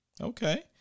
okay